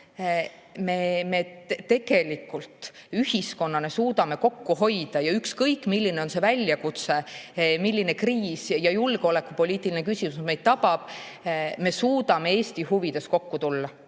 me tegelikult ühiskonnana suudame kokku hoida ja ükskõik, milline on väljakutse, milline kriis ja julgeolekupoliitiline küsimus meid tabab, me suudame Eesti huvides kokku hoida.